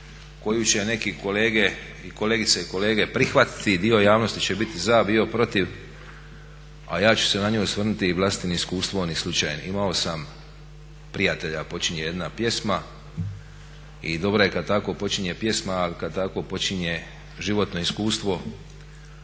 koju će neki kolege, kolegice i kolege prihvatiti, dio javnosti će biti za, dio protiv, a ja ću se na nju osvrnuti i vlastitim iskustvom i slučajem. Imao sam prijatelja, počinje jedna pjesma i dobro je kad tako počinje pjesma, ali kad tako počinje životno iskustvo